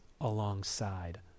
alongside